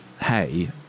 hey